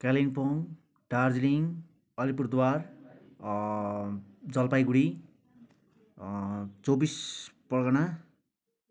कालिम्पोङ दार्जिलिङ अलिपुरद्वार जलपाइगढी चौबिस परगना